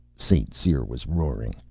st. cyr was roaring.